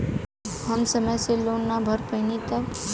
हम समय से लोन ना भर पईनी तब?